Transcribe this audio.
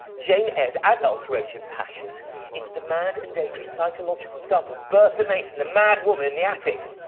jane eyre's adult rage and passion into the mad and dangerous psychological double bertha mason, the mad woman in the attic.